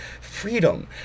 freedom